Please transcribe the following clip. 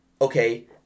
okay